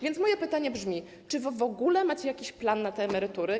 więc moje pytanie brzmi: Czy wy w ogóle macie jakiś plan na te emerytury?